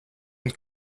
een